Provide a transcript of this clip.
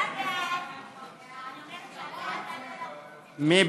חוק איסור הלבנת הון (תיקון מס'